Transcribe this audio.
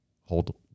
hold